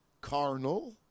carnal